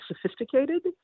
sophisticated